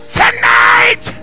tonight